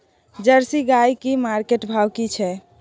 Jersey गाय की market भाव की छै?